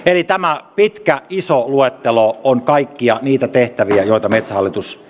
eli tämä pitkä iso luettelo on kaikkia niitä tehtäviä joita metsähallitus